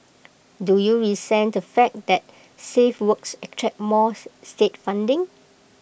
do you resent the fact that safe works attract more state funding